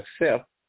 accept